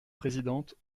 présidente